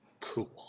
cool